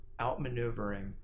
outmaneuvering